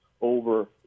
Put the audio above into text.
over